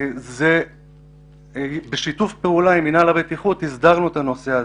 זה בשיתוף פעולה עם מינהל הבטיחות הסדרנו את הנושא הזה.